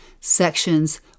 sections